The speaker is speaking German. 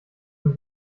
dem